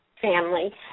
family